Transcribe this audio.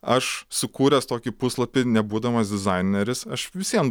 aš sukūręs tokį puslapį nebūdamas dizaineris aš vis vien